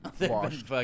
washed